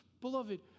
beloved